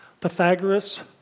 Pythagoras